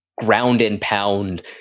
ground-and-pound